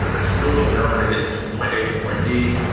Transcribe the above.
ah i still don't know how to get from point a to point b,